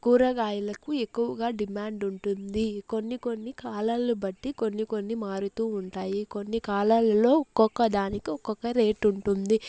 కూరగాయలకు ఎక్కువగా డిమాండ్ ఉంటుంది కొన్ని కొన్ని కాలాలు బట్టి కొన్ని కొన్ని మారుతూ ఉంటాయి కొన్ని కాలాలలో ఒక్కొక్కదానికి ఒక్కొక్క రేటు ఉంటుంది